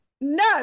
No